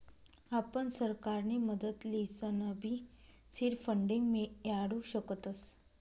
आपण सरकारनी मदत लिसनबी सीड फंडींग मियाडू शकतस